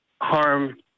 harm